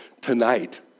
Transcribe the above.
tonight